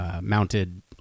mounted